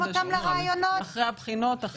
אחרי הבחינות והכול.